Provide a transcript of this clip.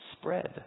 spread